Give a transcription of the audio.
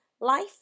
life